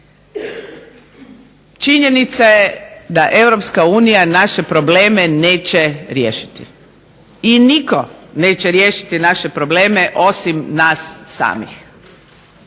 Činjenica je da Europska unija naše probleme neće riješiti, i nitko neće riješiti naše probleme osim nas samih.